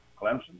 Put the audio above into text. Clemson